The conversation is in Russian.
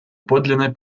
подлинной